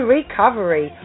Recovery